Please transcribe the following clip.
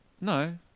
no